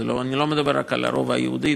אני לא מדבר רק על הרובע היהודי,